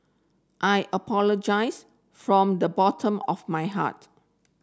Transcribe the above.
I appologise from the bottom of my heart